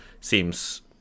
seems